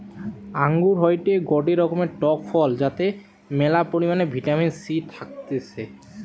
আঙ্গুর হয়টে গটে রকমের টক ফল যাতে ম্যালা পরিমাণে ভিটামিন সি থাকতিছে